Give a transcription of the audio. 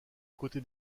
côté